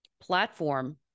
platform